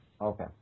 Okay